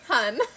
Hun